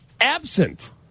absent